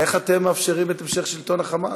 איך אתם מאפשרים את המשך שלטון ה"חמאס"?